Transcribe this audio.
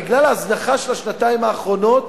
בגלל ההזנחה של השנתיים האחרונות,